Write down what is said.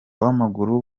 w’amaguru